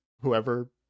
whoever